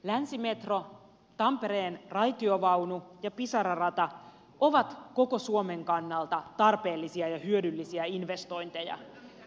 länsimetro tampereen raitiovaunu ja pisara rata ovat koko suomen kannalta tarpeellisia ja hyödyllisiä investointeja